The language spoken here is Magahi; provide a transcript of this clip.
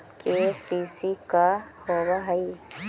के.सी.सी का होव हइ?